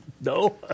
No